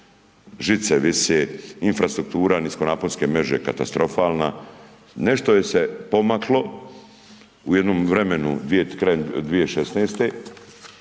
Žice vise, infrastruktura niskonaponske mreže katastrofalna, nešto je se pomaklo u jednom vremenu krajem 2016.